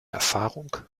erfahrung